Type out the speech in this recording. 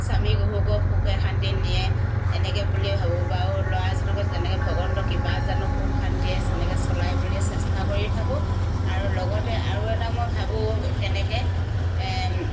স্বামীগুৰুকো সুখে শান্তিৰে নিয়ে এনেকৈ বুলিয়ে ভাবোঁ বাৰু ল'ৰা এজনকো এনেকৈ ভগৱন্তৰ কৃপাত জানো সুখ শান্তিৰে যেনেকৈ চলাই বুলিয়ে চেষ্টা কৰি থাকোঁ আৰু লগতে আৰু এটা মই ভাবোঁ তেনেকৈ